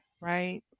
right